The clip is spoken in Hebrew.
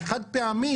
זה חד פעמי,